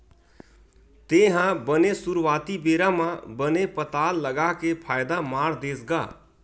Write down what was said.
तेहा बने सुरुवाती बेरा म बने पताल लगा के फायदा मार देस गा?